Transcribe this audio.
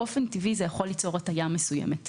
באופן טבעי זה יכול ליצור הטיה מסוימת.